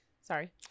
Sorry